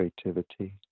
creativity